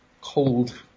cold